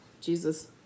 Jesus